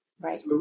Right